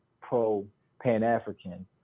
pro-Pan-African